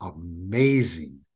amazing